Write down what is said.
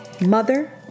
mother